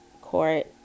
court